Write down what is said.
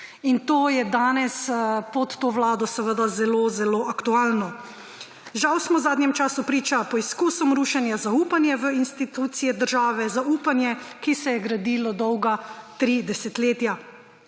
To je danes pod to vlado zelo zelo aktualno. Žal smo v zadnjem času priča poizkusom rušenja zaupanja v institucije države, zaupanja, ki se je gradilo dolga tri desetletja.